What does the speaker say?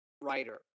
writer